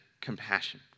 compassion